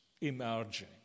emerging